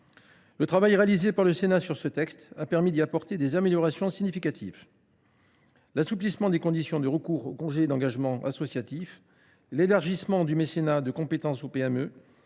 Le travail réalisé par le Sénat sur ce texte a permis d’apporter des améliorations significatives. Ainsi, l’assouplissement des conditions de recours au congé d’engagement associatif, l’élargissement du mécénat de compétences aux PME